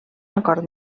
acord